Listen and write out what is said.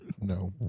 No